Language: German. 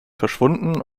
verschwunden